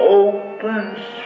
opens